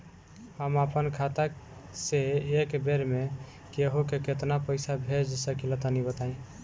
हम आपन खाता से एक बेर मे केंहू के केतना पईसा भेज सकिला तनि बताईं?